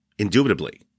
Indubitably